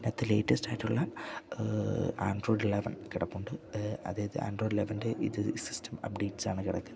ഇതിനകത്ത് ലേറ്റസ്റ്റ് ആയിട്ടുള്ള Android eleven കെടപ്പുണ്ട് അതായത് ആൻഡ്രോയിഡ് ലെവൻ്റെ ഇത് സിസ്റ്റം അപ്ഡേറ്റ്സാണ് കിടക്കുന്നത്